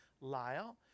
Lyle